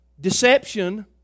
deception